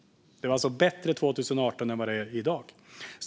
Det var alltså bättre 2018 än vad det är i dag.